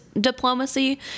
diplomacy